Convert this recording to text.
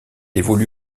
évolue